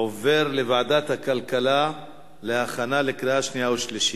עוברת לוועדת הכלכלה להכנה לקריאה שנייה ושלישית.